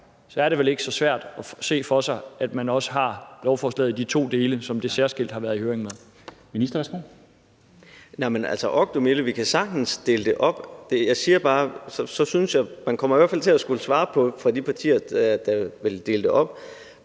er det vel ikke så svært at se for sig, at man også har lovforslaget i de to dele, som særskilt har været sendt i høring.